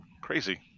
crazy